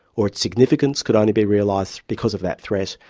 or its significance could only be realised because of that threat,